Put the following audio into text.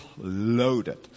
loaded